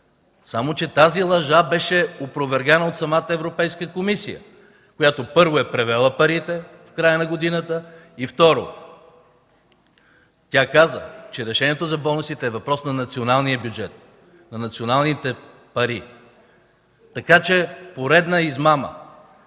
Само че тази лъжа беше опровергана от самата Европейската комисия, която, първо, е превела парите в края на годината и, второ, тя каза, че решението за бонусите е въпрос на националния бюджет, на националните пари. Така че – поредна измама.